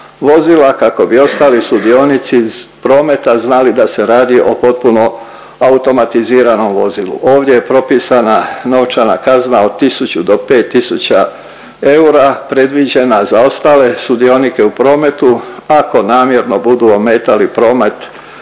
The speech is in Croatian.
vozila kako bi ostali sudionici iz prometa znali da se radi o potpuno automatiziranom vozilu. Ovdje je propisana novčana kazna od tisuću do 5 tisuća eura predviđena za ostale sudionike u prometu, ako namjerno budu ometali promet